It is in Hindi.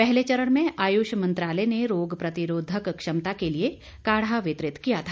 पहले चरण में आयुष मंत्रालय ने रोग प्रतिरोधक क्षमता के लिए काढ़ा वितरित किया था